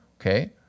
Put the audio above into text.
okay